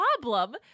problem